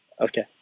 Okay